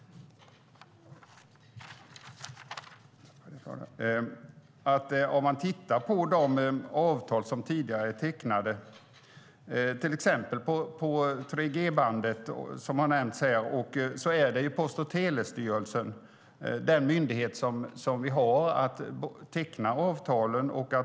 Om man tittar på de avtal som tidigare tecknades, till exempel om 3G-bandet som har nämnts här, är Post och telestyrelsen den myndighet som har att teckna avtalen.